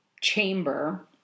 chamber